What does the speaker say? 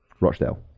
Rochdale